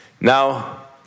Now